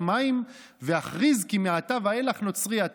מים ואכריז כי מעתה ואיך נוצרי אתה.